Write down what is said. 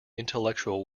intellectual